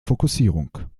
fokussierung